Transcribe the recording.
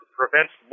prevents